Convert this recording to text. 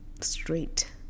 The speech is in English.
straight